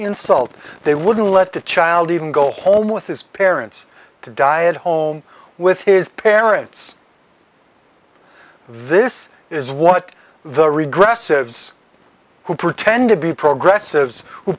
insult they wouldn't let the child even go home with his parents to die at home with his parents this is what the regressive who pretend to be progressives w